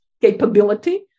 capability